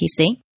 PC